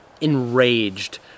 enraged